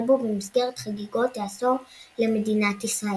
בו במסגרת חגיגות העשור למדינת ישראל.